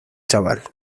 chaval